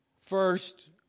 first